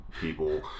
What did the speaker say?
people